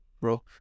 bro